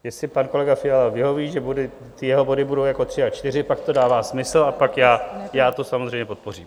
Jestli pan kolega Fiala vyhoví, že ty jeho body budou jako 3 a 4, pak to dává smysl a pak to samozřejmě podpořím.